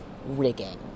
rigging